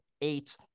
eight